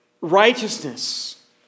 righteousness